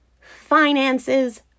finances